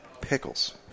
pickles